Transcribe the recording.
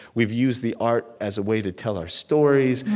we've used the art as a way to tell our stories,